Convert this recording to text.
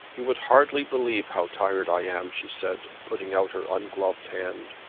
you would hardly believe how tired i am, she said putting out her ungloved hand.